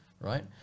right